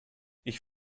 ich